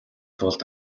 тулд